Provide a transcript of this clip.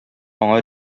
аңа